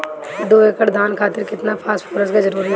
दु एकड़ धान खातिर केतना फास्फोरस के जरूरी होला?